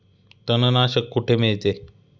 तणनाशक कुठे मिळते?